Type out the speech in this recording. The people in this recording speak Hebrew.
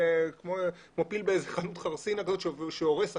כמו פיל באיזה חנות חרסינה, שהורס הכול.